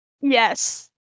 Yes